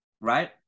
right